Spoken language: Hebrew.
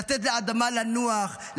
לתת לאדמה לנוח,